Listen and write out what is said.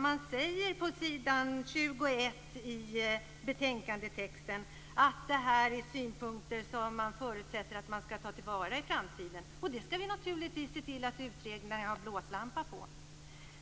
Man säger på s. 21 i betänkandet att man förutsätter att man skall ta till vara de här synpunkterna i framtiden. Och vi skall naturligtvis se till att utredningen har blåslampan på det.